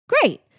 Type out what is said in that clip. great